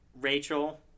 Rachel